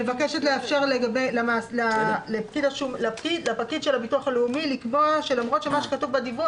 מבקשת לאפשר לפקיד של הביטוח הלאומי לקבוע שלמרות שמה שכתוב בדיווח,